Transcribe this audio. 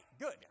good